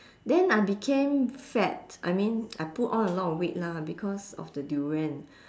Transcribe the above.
then I became fat I mean I put on a lot of weight lah because of the durian